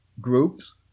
groups